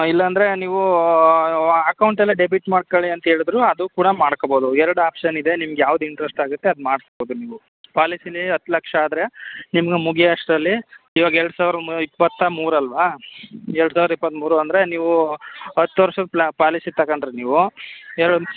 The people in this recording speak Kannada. ಇಲ್ಲಾಂದರೆ ನೀವು ಅಕೌಂಟ್ ಎಲ್ಲ ಡೆಬಿಟ್ ಮಾಡ್ಕೊಳಿ ಅಂತೇಳಿದ್ರೂ ಅದು ಕೂಡ ಮಾಡ್ಕೋಬೌದು ಎರಡು ಒಪ್ಶನ್ ಇದೆ ನಿಮ್ಗೆ ಯಾವ್ದು ಇಂಟ್ರಸ್ಟ್ ಆಗುತ್ತೆ ಅದು ಮಾಡಿಸ್ಬೌದು ನೀವು ಪಾಲಿಸಿಲಿ ಹತ್ತು ಲಕ್ಷ ಆದರೆ ನಿಮ್ಮದು ಮುಗಿಯೋಷ್ಟ್ರಲ್ಲಿ ಇವಾಗ ಎರಡು ಸಾವಿರ ಎರಡು ಸಾವಿರ ಮ ಇಪ್ಪತ್ತ ಮೂರಲ್ವಾ ಎರಡು ಸಾವಿರದ ಇಪ್ಪತ್ತ ಮೂರು ಅಂದರೆ ನೀವು ಹತ್ತು ವರ್ಷದ ಪ್ಲಾ ಪಾಲಿಸಿ ತಗೊಂಡ್ರೆ ನೀವು